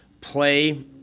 play